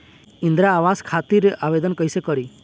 इंद्रा आवास खातिर आवेदन कइसे करि?